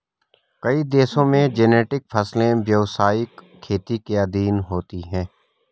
कई देशों में जेनेटिक फसलें व्यवसायिक खेती के अधीन होती हैं